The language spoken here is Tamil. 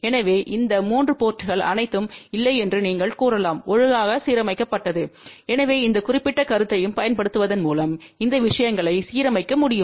எனவே இந்த 3 போர்ட்ங்கள் அனைத்தும் இல்லை என்று நீங்கள் கூறலாம் ஒழுங்காக சீரமைக்கப்பட்டது எனவே இந்த குறிப்பிட்ட கருத்தையும் பயன்படுத்துவதன் மூலம் இந்த விஷயங்களை சீரமைக்க முடியும்